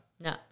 No